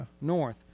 north